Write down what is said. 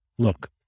Look